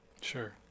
Sure